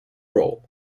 roll